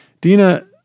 Dina